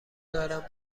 دارم